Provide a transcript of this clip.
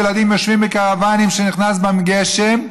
ילדים יושבים בקרוונים שנכנס בהם גשם,